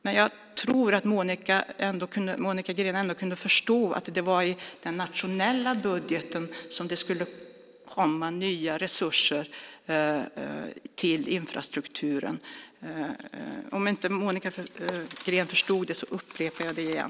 Men jag tror att Monica Green ändå kunde förstå att det var i den nationella budgeten som det skulle komma nya resurser till infrastrukturen. Om Monica Green inte förstod det så upprepar jag det igen.